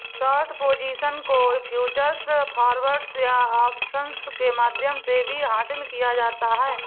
short position को futures, forwards या options के माध्यम से भी हासिल किया जाता है